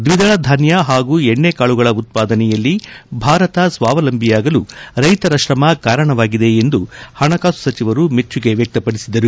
ದ್ವಿದಳಧಾನ್ಯ ಹಾಗೂ ಎಣ್ಣೆ ಕಾಳುಗಳ ಉತ್ಪಾದನೆಯಲ್ಲಿ ಭಾರತ ಸ್ವಾವಲಂಬಿಯಾಗಲು ರೈತರ ಶ್ರಮ ಕಾರಣವಾಗಿದೆ ಎಂದು ಹಣಕಾಸು ಸಚಿವರು ಮೆಚ್ಚುಗೆ ವ್ಯಕ್ತಪದಿಸಿದರು